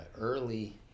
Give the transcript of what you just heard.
early